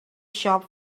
shop